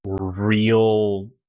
real